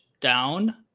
down